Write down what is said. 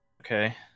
Okay